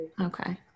Okay